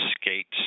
skates